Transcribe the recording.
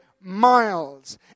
miles